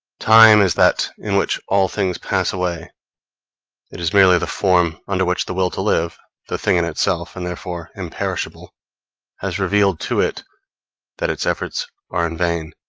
time is that in which all things pass away it is merely the form under which the will to live the thing-in-itself and therefore imperishable has revealed to it that its efforts are in vain